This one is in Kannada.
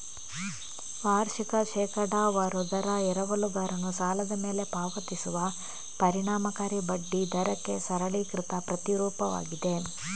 ವಾರ್ಷಿಕ ಶೇಕಡಾವಾರು ದರ ಎರವಲುಗಾರನು ಸಾಲದ ಮೇಲೆ ಪಾವತಿಸುವ ಪರಿಣಾಮಕಾರಿ ಬಡ್ಡಿ ದರಕ್ಕೆ ಸರಳೀಕೃತ ಪ್ರತಿರೂಪವಾಗಿದೆ